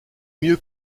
mieux